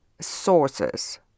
sources